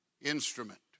instrument